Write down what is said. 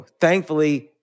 thankfully